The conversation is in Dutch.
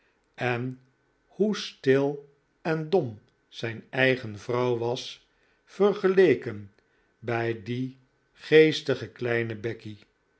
en hoe stil en dom zijn eigen vrouw was vergeleken bij die geestige kleine becky